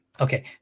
Okay